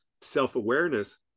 self-awareness